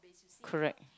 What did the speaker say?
correct